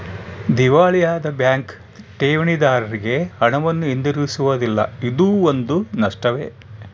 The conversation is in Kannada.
ದಿವಾಳಿಯಾದ ಬ್ಯಾಂಕ್ ಠೇವಣಿದಾರ್ರಿಗೆ ಹಣವನ್ನು ಹಿಂತಿರುಗಿಸುವುದಿಲ್ಲ ಇದೂ ಒಂದು ನಷ್ಟವೇ